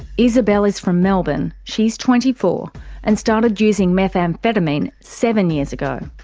isabelle is from melbourne, she's twenty four and started using methamphetamine seven years ago.